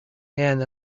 and